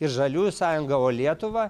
ir žaliųjų sąjungą o lietuvą